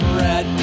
red